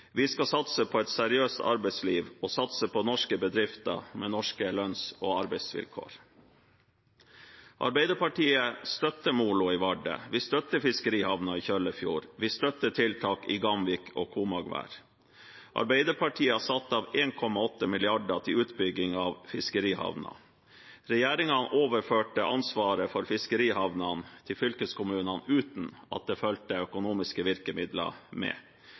Vi skal satse på et seriøst arbeidsliv og satse på norske bedrifter, med norske lønns- og arbeidsvilkår. Arbeiderpartiet støtter molo i Vardø, vi støtter fiskerihavnen i Kjøllefjord, vi støtter tiltak i Gamvik og Komagvær. Arbeiderpartiet har satt av 1,8 mrd. kr til utbygging av fiskerihavner. Regjeringen overførte ansvaret for fiskerihavnene til fylkeskommunene uten at det fulgte økonomiske virkemidler med.